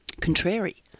contrary